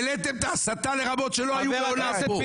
העליתם את ההסתה לרמות שלא היו מעולם פה.